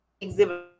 exhibit